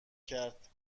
کرد